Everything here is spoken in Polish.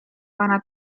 pana